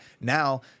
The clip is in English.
Now